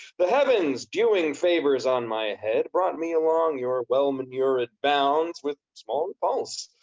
the heavens dewing favors on my head, brought me along your well manured bounds, with small repulse,